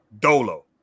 Dolo